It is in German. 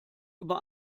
über